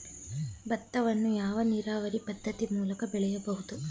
ಭತ್ತವನ್ನು ಯಾವ ನೀರಾವರಿ ಪದ್ಧತಿ ಮೂಲಕ ಬೆಳೆಯಬಹುದು?